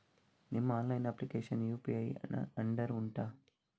ನಿಮ್ಮ online application UPI ನ under ಉಂಟಾ